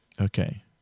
okay